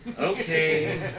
Okay